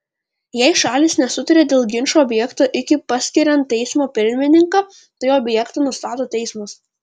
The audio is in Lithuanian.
jei šalys nesutarė dėl ginčo objekto iki paskiriant teismo pirmininką tai objektą nustato teismas